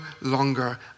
longer